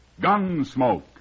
Gunsmoke